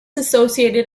associated